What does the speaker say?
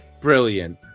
brilliant